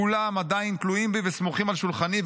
כולם עדיין תלויים בי וסמוכים על שולחני,